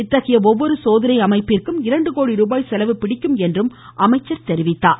இத்தகைய ஒவ்வொரு சோதனை அமைப்புக்கும் இரண்டு கோடிரூபாய் செலவு பிடிக்கும் என்றும் அவர் கூறினார்